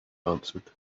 answered